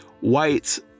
whites